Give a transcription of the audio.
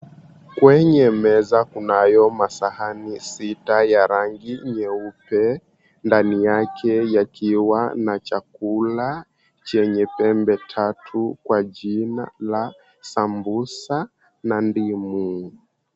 Kwenye meza kunayo masahani sita ya rangi nyeupe. Ndani yake yakiwa na chakula chenye pembe tatu kwa jina la sambusa na ndimu.